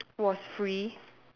was free